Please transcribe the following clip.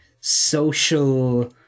social